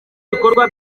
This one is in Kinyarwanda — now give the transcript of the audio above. bikorwa